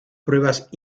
pruebas